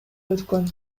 өткөн